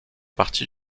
partie